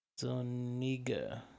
Zoniga